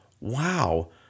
wow